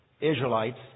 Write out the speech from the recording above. Israelites